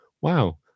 wow